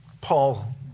Paul